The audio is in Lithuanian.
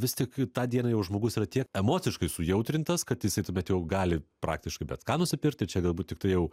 vis tik tą dieną jau žmogus yra tiek emociškai sujautrintas kad jisai tuomet jau gali praktiškai bet ką nusipirkt ir čia galbūt tiktai jau